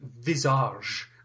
visage